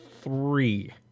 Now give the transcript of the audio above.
Three